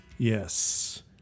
Yes